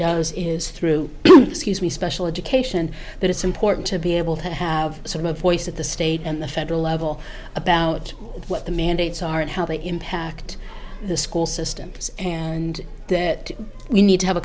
does is through special education that it's important to be able to have sort of a voice at the state and the federal level about what the mandates are and how they impact the school system and that we need to have a